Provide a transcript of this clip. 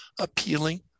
appealing